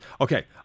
Okay